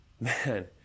man